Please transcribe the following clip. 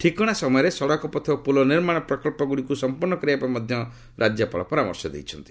ଠିକଣା ସମୟରେ ସଡକ ପଥ ଓ ପୋଲ ନିର୍ମାଣ ପ୍ରକଳ୍ପ ଗୁଡିକ ସମ୍ପର୍ଷ୍ଣ କରିବା ପାଇଁ ମଧ୍ୟ ରାଜ୍ୟପାଳ ପରାମର୍ଶ ଦେଇଛି